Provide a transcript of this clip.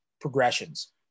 progressions